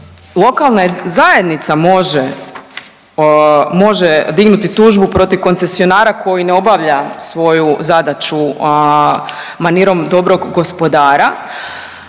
lokalna zajednica može dignuti tužbu protiv koncesionara koji ne obavlja svoju zadaću manirom dobrog gospodara,